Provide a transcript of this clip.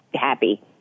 happy